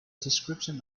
description